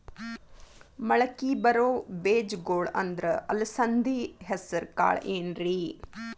ಮಳಕಿ ಬರೋ ಬೇಜಗೊಳ್ ಅಂದ್ರ ಅಲಸಂಧಿ, ಹೆಸರ್ ಕಾಳ್ ಏನ್ರಿ?